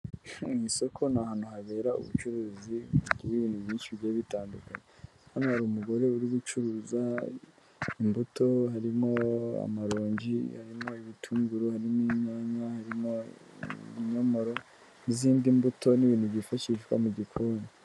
Mu isoko ni ahantu habera ubucuruz bw'ibintu byinshi bigiye bitandukanye, hano hari umugore uri gucuruza imbuto harimo amaronji, harimo ibitunguru, harimo inyanya, harimo ibinyomoro n'izindi mbuto n'ibintu byifashishwa mu gikoni.